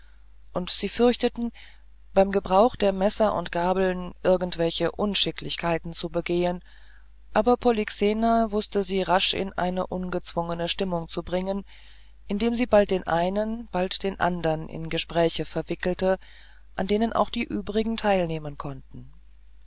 und sie fürchteten beim gebrauch der messer und gabeln irgendwelche unschicklichkeit zu begehen aber polyxena wußte sie rasch in eine ungezwungene stimmung zu bringen indem sie bald den einen bald den andern in gespräche verwickelte an denen auch die übrigen teilnehmen konnten